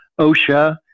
OSHA